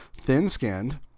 thin-skinned